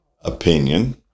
opinion